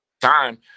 Time